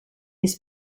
his